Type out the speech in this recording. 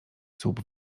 słup